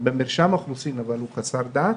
במרשם האוכלוסין הם חסרי דת.